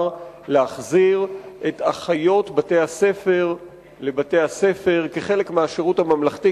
להחזיר את אחיות בתי-הספר לבתי-הספר כחלק מהשירות הממלכתי.